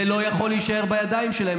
זה לא יכול להישאר בידיים שלהם.